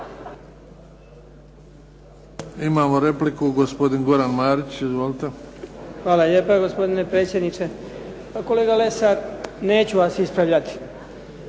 Imamo repliku, gospodin Goran Marić. Izvolite. **Marić, Goran (HDZ)** Hvala lijepo, gospodine predsjedniče. Kolega Lesar, neću vas ispravljati